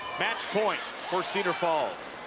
match point for cedar falls.